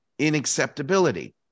inacceptability